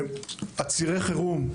צירי החירום,